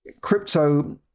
crypto